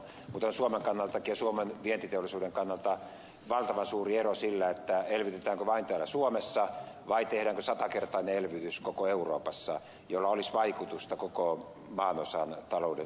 mutta suomen kannalta ja suomen vientiteollisuuden kannalta on valtavan suuri ero sillä elvytetäänkö vain täällä suomessa vai tehdäänkö satakertainen elvytys koko euroopassa jolla olisi vaikutusta koko maanosan talouden elpymiseen